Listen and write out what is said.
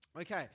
Okay